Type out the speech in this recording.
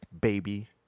baby